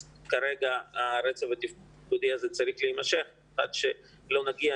אז כרגע הרצף התפקודי הזה צריך להימשך עד שנגיע,